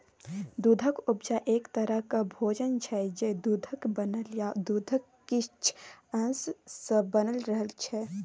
दुधक उपजा एक तरहक भोजन छै जे दुधक बनल या दुधक किछ अश सँ बनल रहय छै